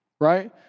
right